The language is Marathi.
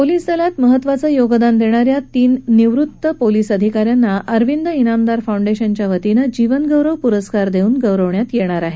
पोलीस दलात महत्वाचं योगदान देणा या तीन निवृत्त पोलीस अधिकाऱ्यांना अरविंद ज्ञामदार फोँडेशनच्या वतीनं जीवनगौरव पुरस्कार देऊन गौरवण्यात येणार आहे